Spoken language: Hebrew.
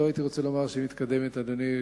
לא הייתי רוצה להגיד שהיא מתקדמת בעצלתיים,